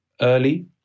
early